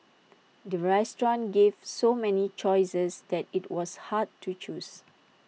the restaurant gave so many choices that IT was hard to choose